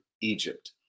Egypt